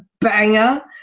banger